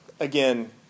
Again